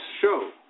show